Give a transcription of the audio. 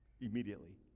immediately